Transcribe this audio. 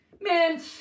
man